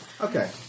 Okay